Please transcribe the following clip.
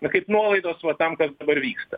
na kaip nuolaidos va tam kas dabar vyksta